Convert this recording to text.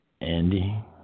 Andy